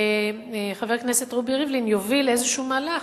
חבר הכנסת רובי ריבלין, יוביל איזשהו מהלך